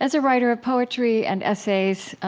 as a writer of poetry and essays